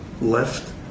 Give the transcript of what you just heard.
left